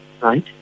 right